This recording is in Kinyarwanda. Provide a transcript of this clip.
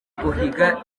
guhiga